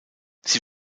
sie